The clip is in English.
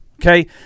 Okay